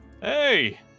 Hey